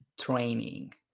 training